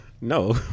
No